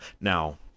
Now